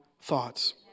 thoughts